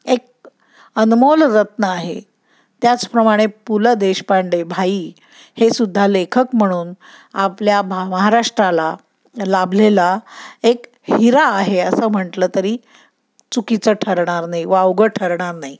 एक अनमोल रत्न आहे त्याचप्रमाणे पु ल देशपांडे भाई हे सुद्धा लेखक म्हणून आपल्या भा महाराष्ट्राला लाभलेला एक हिरा आहे असं म्हटलं तरी चुकीचं ठरणार नाही वावगं ठरणार नाही